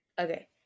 Okay